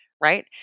right